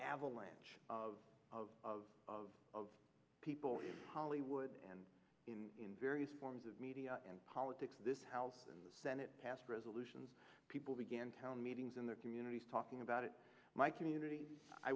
avalanche of of of of people in hollywood and in various forms of media and politics this house in the senate passed resolutions people began town meetings in their communities talking about it my communit